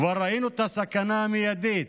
כבר ראינו את הסכנה המיידית